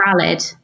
valid